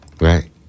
Right